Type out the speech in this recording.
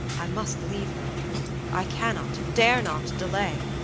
i must leave her i cannot, dare not, delay.